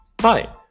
Hi